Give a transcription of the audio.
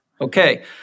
Okay